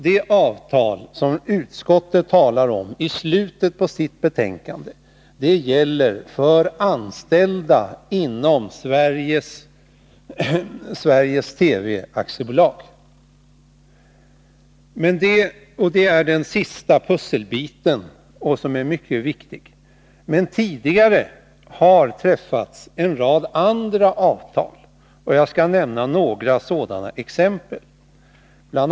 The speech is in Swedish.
Det avtal som utskottet talar om i slutet av betänkandet gäller för anställda inom Sveriges Television AB. Det är den sista pusselbiten, som är mycket viktig. Men tidigare har en rad andra avtal träffats, och jag skall nämna några exempel. Bl.